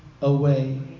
away